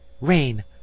rain